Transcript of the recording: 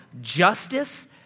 justice